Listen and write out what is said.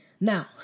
Now